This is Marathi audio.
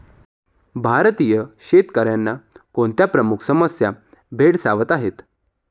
भारतीय शेतकऱ्यांना कोणत्या प्रमुख समस्या भेडसावत आहेत?